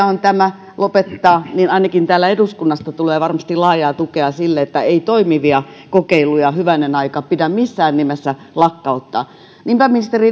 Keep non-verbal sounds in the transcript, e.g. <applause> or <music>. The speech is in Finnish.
<unintelligible> on tämä lopettaa niin ainakin täältä eduskunnasta tulee varmasti laajaa tukea sille että ei toimivia kokeiluja hyvänen aika pidä missään nimessä lakkauttaa niinpä ministeri <unintelligible>